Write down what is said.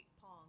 Pong